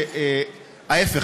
ההפך,